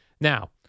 Now